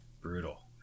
Brutal